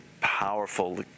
powerful